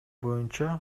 боюнча